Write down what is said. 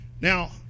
Now